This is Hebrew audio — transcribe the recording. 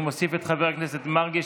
ואני מוסיף את חבר הכנסת מרגי,